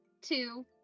two